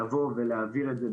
לבוא ולהעביר את זה,